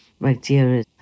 bacteria